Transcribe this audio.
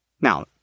Now